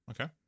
Okay